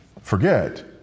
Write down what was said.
forget